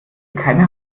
keine